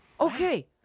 okay